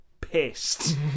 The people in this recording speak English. pissed